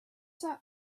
that